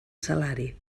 salari